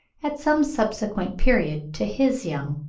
at some subsequent period to his young.